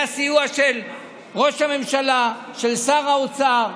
היה סיוע של ראש הממשלה, של שר האוצר,